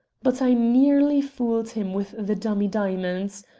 but i nearly fooled him with the dummy diamonds.